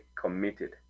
committed